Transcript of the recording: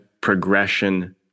progression